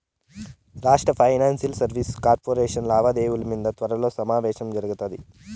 రాష్ట్ర financial services corporation లావాదేవిల మింద త్వరలో సమావేశం జరగతాది